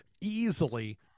easily